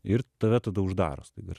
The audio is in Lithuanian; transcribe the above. ir tave tada uždaro staiga ir